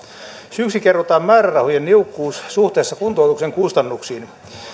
syyksi kerrotaan määrärahojen niukkuus suhteessa kuntoutuksen kustannuksiin